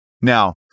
now